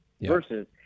versus